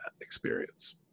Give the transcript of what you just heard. experience